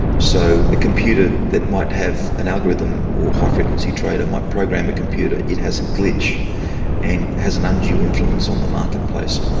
so a computer that might have an algorithm, or high-frequency trader might program a computer, it has a glitch and has an undue influence on the marketplace.